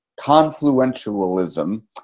confluentialism